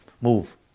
move